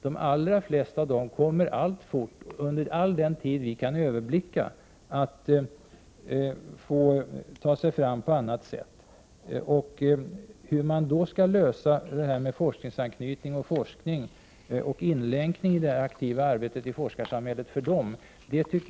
De allra flesta av dessa skolor kommer alltfort under all överblickbar tid att få ta sig fram på annat sätt. Den viktiga frågan tycker jag är hur man skall lösa forskningsanknytningen, forskningen och inlänkningen i det aktiva arbetet i forskarsamhället.